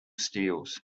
steels